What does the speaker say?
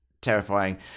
terrifying